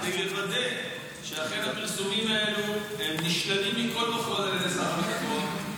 כדי לוודא שהפרסומים האלה נשללים מכול וכול על ידי שר הביטחון,